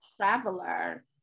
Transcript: traveler